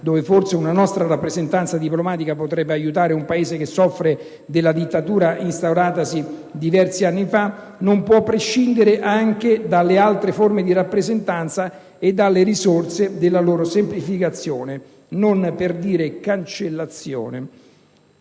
dove forse una nostra rappresentanza diplomatica potrebbe aiutare un Paese che soffre della dittatura instauratasi diversi anni fa) non può prescindere anche dalle altre forme di rappresentanza e dalle risorse che una loro semplificazione, per non dire cancellazione,